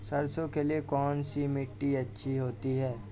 सरसो के लिए कौन सी मिट्टी अच्छी होती है?